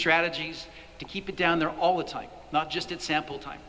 strategies to keep it down there all the time not just at sample time